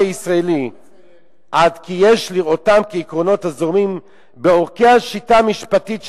הישראלי עד כי יש לראותם כעקרונות הזורמים בעורקי השיטה המשפטית שלנו."